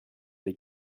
les